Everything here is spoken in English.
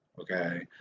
Okay